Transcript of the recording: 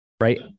right